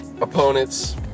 opponents